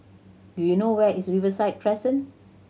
do you know where is Riverside Crescent